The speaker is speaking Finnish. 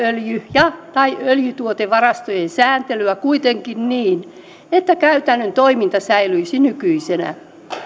ja tai öljytuotevarastojen sääntelyä kuitenkin niin että käytännön toiminta säilyisi nykyisenä